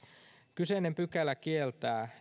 kyseinen pykälä kieltää